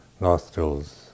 nostrils